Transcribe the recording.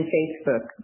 Facebook